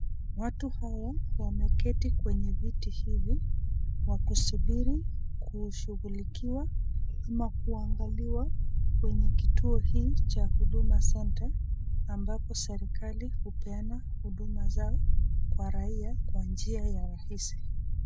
Watu hawa wameketi kwenye viti hivi wakisubiri kushughulikiwa ama kuangaliwa kwenye kituo hii cha Huduma Center ambapo serikali hupeana huduma zao kwa raia kwa njia ya rahisi.